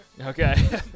Okay